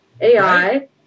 AI